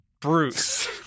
Bruce